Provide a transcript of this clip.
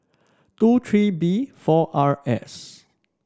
two three B four R S